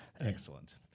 Excellent